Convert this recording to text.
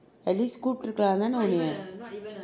at least கூப்பிட்டு இருக்கலாம் இல்லை உன்னை:kupitirukalam unnai